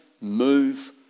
move